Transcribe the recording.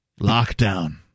Lockdown